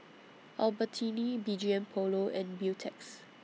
Albertini B G M Polo and Beautex